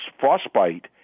frostbite